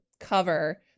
cover